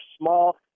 small